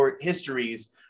histories